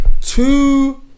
Two